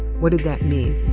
what did that mean?